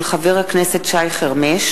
מאת חבר הכנסת שי חרמש,